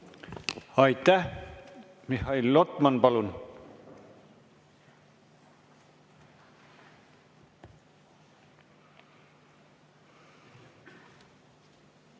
Aitäh! Mihhail Lotman, palun!